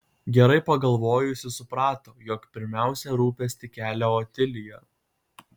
gerai pagalvojusi suprato jog pirmiausia rūpestį kelia otilija